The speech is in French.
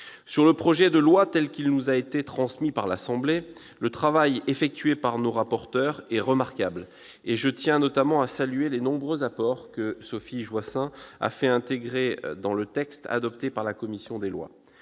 Sur le projet de loi tel qu'il nous a été transmis par l'Assemblée nationale, le travail effectué par nos rapporteurs a été remarquable. Je tiens notamment à saluer les nombreux apports que Sophie Joissains a fait intégrer dans le texte adopté par la commission des lois.